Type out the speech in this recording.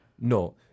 No